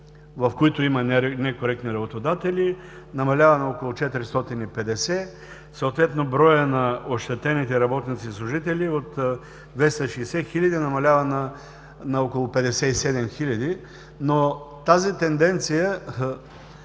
в които има некоректни работодатели, намалява на около 450, съответно броят на ощетените работници и служители от 260 хиляди, намалява на около 57 хиляди. Тази тенденция